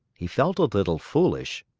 he felt a little foolish,